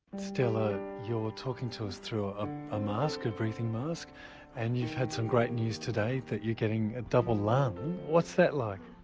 stella you're talking to us through ah ah a mask, a breathing mask and you've had some great news today that you're getting a double lung. what's that like?